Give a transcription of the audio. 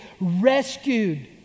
rescued